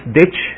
ditch